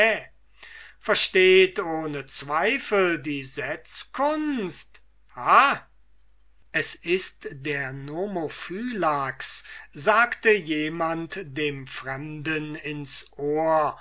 versteht ohne zweifel die setzkunst ha es ist der nomophylax sagte jemand dem fremden ins ohr